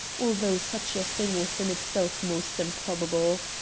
although such a thing was in itself most improbable.